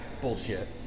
bullshit